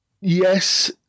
Yes